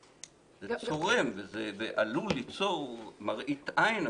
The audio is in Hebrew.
צורם וזה עלול ליצור מראית עין אפילו,